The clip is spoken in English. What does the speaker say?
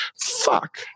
fuck